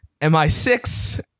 MI6